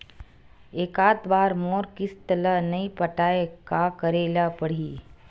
एकात बार मोर किस्त ला नई पटाय का करे ला पड़ही?